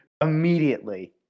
immediately